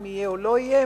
אם יהיה או לא יהיה,